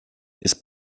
ist